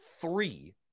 three